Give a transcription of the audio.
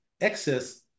excess